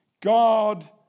God